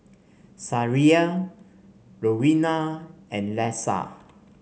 Sariah Rowena and Leisa